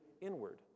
inward